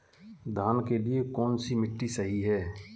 धान के लिए कौन सी मिट्टी सही है?